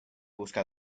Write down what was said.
busca